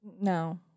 No